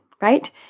right